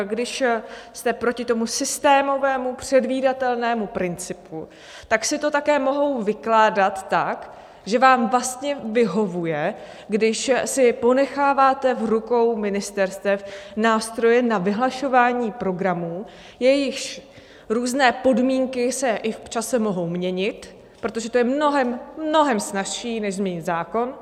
Když jste proti tomu systémovému předvídatelnému principu, tak si to také mohou vykládat tak, že vám vlastně vyhovuje, když si ponecháváte v rukou ministerstev nástroje na vyhlašování programů, jejichž různé podmínky se i v čase mohou měnit, protože to je mnohem, mnohem snazší než změnit zákon.